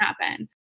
happen